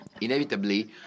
Inevitably